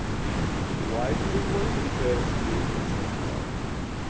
and why do they work, because it concerns a lot of people.